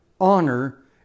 honor